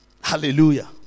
Hallelujah